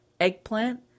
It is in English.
eggplant